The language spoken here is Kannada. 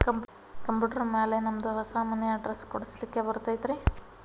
ಕಂಪ್ಯೂಟರ್ ಮ್ಯಾಲೆ ನಮ್ದು ಹೊಸಾ ಮನಿ ಅಡ್ರೆಸ್ ಕುಡ್ಸ್ಲಿಕ್ಕೆ ಬರತೈತ್ರಿ?